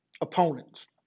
opponents